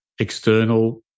external